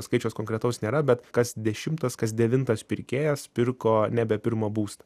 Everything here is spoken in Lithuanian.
skaičius konkretaus nėra bet kas dešimtas kas devintas pirkėjas pirko nebe pirmą būstą